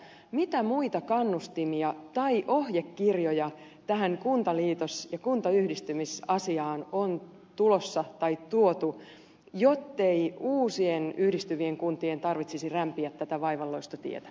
mitä muita kannustimia tai ohjekirjoja tähän kuntaliitos ja kuntayhdistymisasiaan on tulossa tai tuotu jottei uusien yhdistyvien kuntien tarvitsisi rämpiä tätä vaivalloista tietä